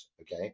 okay